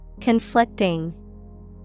Conflicting